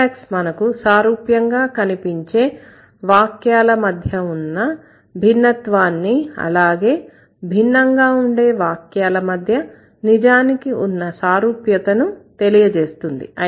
syntax మనకు సారూప్యంగా కనిపించే వాక్యాల మధ్య ఉన్న భిన్నత్వాన్ని అలాగే భిన్నంగా ఉండే వాక్యాల మధ్య నిజానికి ఉన్న సారూప్యతను తెలియజేస్తుంది